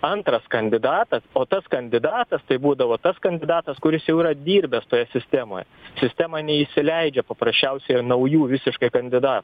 antras kandidatas o tas kandidatas tai būdavo tas kandidatas kuris jau yra dirbęs toje sistemoje sistema neįsileidžia paprasčiausiai naujų visiškai kandidatų